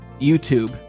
YouTube